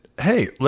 hey